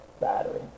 battery